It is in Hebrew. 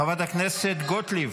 חברת הכנסת גוטליב,